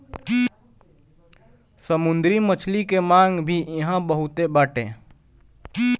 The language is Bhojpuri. समुंदरी मछली के मांग भी इहां बहुते बाटे